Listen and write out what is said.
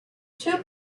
two